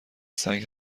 سنگ